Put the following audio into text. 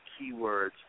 keywords